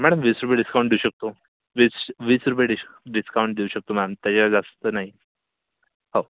madam वीस रुपये discount देऊ शकतो वीस वीस रुपये डिश डिस्काउंट देऊ शकतो मॅम त्याच्या जास्त नाही हो